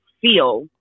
feel